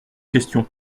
questions